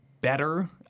Better